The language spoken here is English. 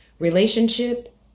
relationship